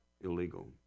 illegal